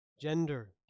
gender